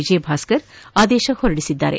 ವಿಜಯ್ ಭಾಸ್ಕರ್ ಆದೇಶ ಹೊರಡಿಸಿದ್ದಾರೆ